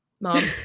mom